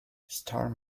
storm